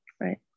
Right